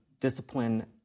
discipline